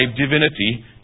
divinity